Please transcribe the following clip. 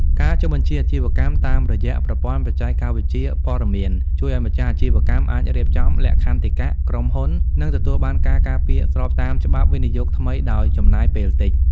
ការចុះបញ្ជីអាជីវកម្មតាមរយៈ ប្រព័ន្ធបច្ចេកវិទ្យាព័ត៌មាន ជួយឱ្យម្ចាស់អាជីវកម្មអាចរៀបចំ លក្ខន្តិកៈក្រុមហ៊ុន និងទទួលបានការការពារស្របតាមច្បាប់វិនិយោគថ្មីដោយចំណាយពេលតិច។